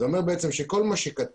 זה אומר שכל מה שנכתב,